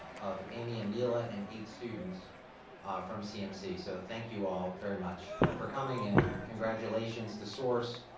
of amy aneila and eight students from cmc. so, thank you all very much for coming and congratulations to source,